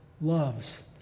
loves